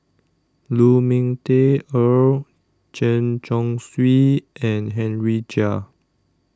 Lu Ming Teh Earl Chen Chong Swee and Henry Chia